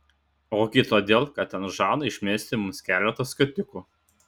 ogi todėl kad ten žada išmesti mums keletą skatikų